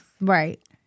right